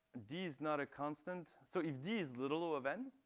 d is not a constant? so if d is little of n?